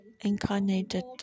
incarnated